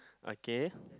okay